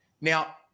Now